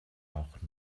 auch